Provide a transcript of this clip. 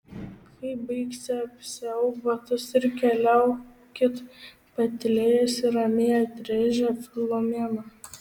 kai baigsi apsiauk batus ir keliaukit patylėjusi ramiai atrėžė filomena